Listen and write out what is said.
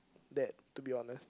that to be honest